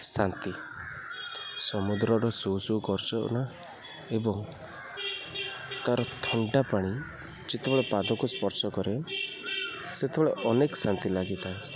ଶାନ୍ତି ସମୁଦ୍ରର ସୁ ସୁ ଏବଂ ତା'ର ଥଣ୍ଡା ପାଣି ଯେତେବେଳେ ପାଦକୁ ସ୍ପର୍ଶ କରେ ସେତେବେଳେ ଅନେକ ଶାନ୍ତି ଲାଗିଥାଏ